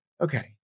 okay